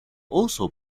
also